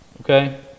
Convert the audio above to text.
Okay